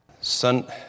Son